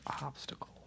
obstacle